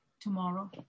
Tomorrow